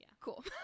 cool